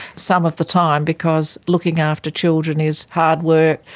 some of the time, because looking after children is hard work,